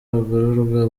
abagororwa